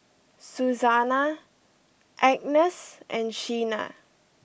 Susana Agness and Shena